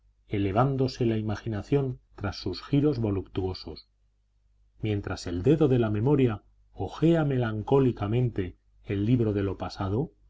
elevándose la imaginación tras sus giros voluptuosos mientras el dedo de la memoria hojea melancólicamente el libro de lo pasado